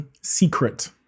secret